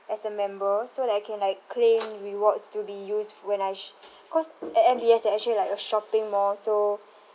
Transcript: as a member so that I can like claim rewards to be used f~ when I sh~ cause at M_B_S there actually like a shopping mall so